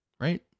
right